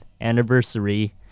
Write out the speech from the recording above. anniversary